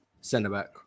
Centre-back